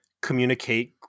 Communicate